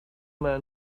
man